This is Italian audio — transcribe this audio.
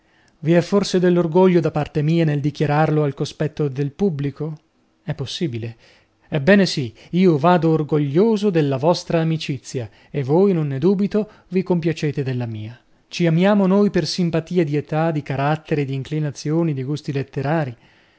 è forse dell'orgoglio da parte mia nel dichiararlo al cospetto del pubblico è possibile ebbene sì io vado orgoglioso della vostra amicizia e voi non ne dubito vi compiacete della mia ci amiamo noi per simpatia di età di carattere di inclinazioni di gusti letterar